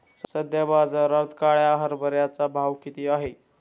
सध्या बाजारात काळ्या हरभऱ्याचा भाव किती आहे?